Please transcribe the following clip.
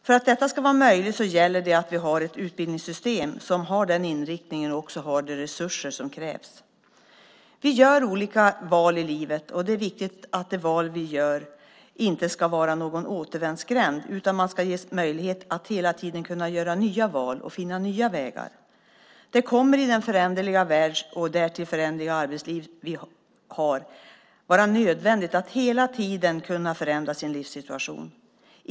För att detta ska vara möjligt gäller det att vi har ett utbildningssystem som har den inriktning och de resurser som krävs. Vi gör olika val i livet, och det är viktigt att de val man gör inte är någon återvändsgränd utan att man ges möjlighet att hela tiden göra nya val och finna nya vägar. Det kommer, i den föränderliga värld och det föränderliga arbetsliv vi har, att vara nödvändigt att hela tiden kunna förändra sin livssituation.